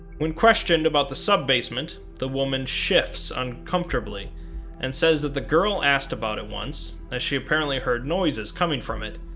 when questioned about the sub-basement, the woman shifts uncomfortably and says that the girl asked about it once, as she apparently heard noises coming from it.